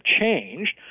changed